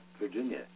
Virginia